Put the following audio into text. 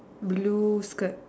blue skirt